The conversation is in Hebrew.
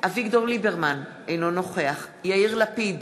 אביגדור ליברמן, אינו נוכח יאיר לפיד,